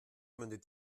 mündet